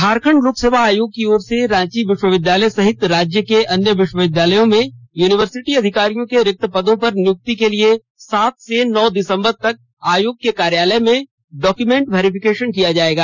झारखंड लोक सेवा आयोग की ओर से रांची विश्वविद्यालय सहित राज्य के अन्य विश्वविद्यालयों में यूनिवर्सिटी अधिकारियों के रिक्त पदों पर नियुक्ति के लिये सात से नौ दिसंबर तक आयोग कार्यालय में डॉक्यूमेंट वेरिफिकेशन किया जाएगा